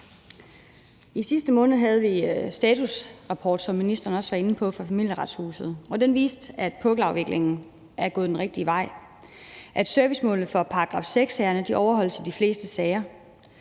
I sidste måned fik vi statusrapporten, som ministeren også var inde på, fra Familieretshuset, og den viste, at pukkelafviklingen er gået den rigtige vej, at servicemålene for § 6-sagerne overholdes i de fleste sager.